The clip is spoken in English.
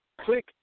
click